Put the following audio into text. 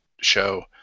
show